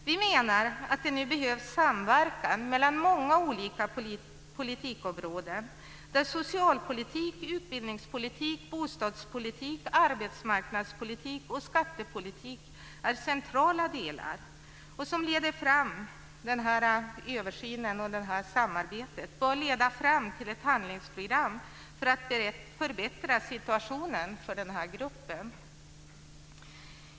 Vi menar att det nu behövs samverkan mellan många olika politikområden där socialpolitik, utbildningspolitik, bostadspolitik, arbetsmarknadspolitik och skattepolitik är centrala delar. Den här översynen och det här samarbetet ska leda fram till ett handlingsprogram för att förbättra situationen för den här gruppen.